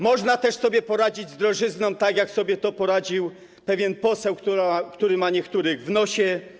Można też sobie poradzić z drożyzną, tak jak sobie poradził pewien poseł, który ma niektórych w nosie.